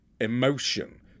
emotion